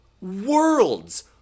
worlds